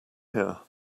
here